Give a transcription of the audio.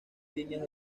líneas